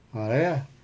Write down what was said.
err like that ah